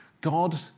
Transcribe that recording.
God